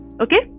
Okay